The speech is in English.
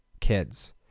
kids